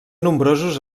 nombrosos